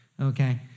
okay